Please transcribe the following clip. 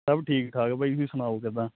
ਸਭ ਠੀਕ ਠਾਕ ਭਾਅ ਜੀ ਤੁਸੀਂ ਸੁਣਾਓ ਕਿੱਦਾਂ